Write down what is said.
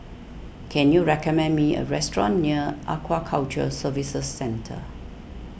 can you recommend me a restaurant near Aquaculture Services Centre